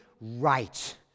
right